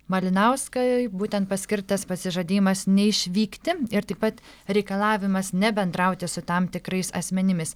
malinauskui būtent paskirtas pasižadėjimas neišvykti ir taip pat reikalavimas nebendrauti su tam tikrais asmenimis